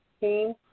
team